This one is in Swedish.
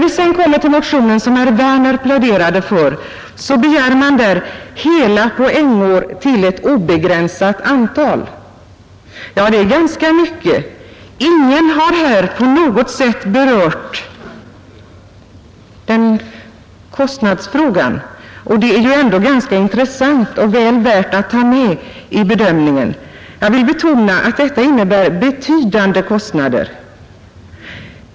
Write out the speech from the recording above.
I den motion som herr Werner i Malmö pläderade för begär man hela poängår till ett obegränsat antal. Det är ganska mycket. Ingen har här på något sätt berört kostnadsfrågan, och det är ändå ganska intressant och väl värt att ta med denna i bedömningen. Jag vill betona att det här rör sig om betydande kostnader.